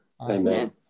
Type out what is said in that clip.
amen